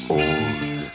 old